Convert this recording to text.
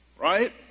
right